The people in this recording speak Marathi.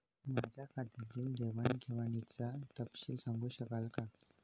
माझ्या खात्यातील देवाणघेवाणीचा तपशील सांगू शकाल काय?